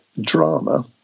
drama